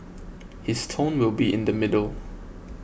his tone will be in the middle